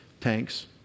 Tanks